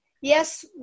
yes